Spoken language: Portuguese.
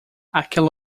àquela